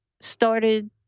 started